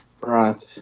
Right